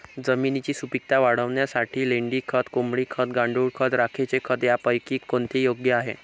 जमिनीची सुपिकता वाढवण्यासाठी लेंडी खत, कोंबडी खत, गांडूळ खत, राखेचे खत यापैकी कोणते योग्य आहे?